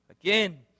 Again